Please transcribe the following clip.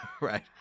right